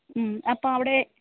മ്മ് അപ്പം അവിടെ